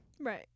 Right